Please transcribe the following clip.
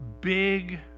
big